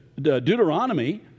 Deuteronomy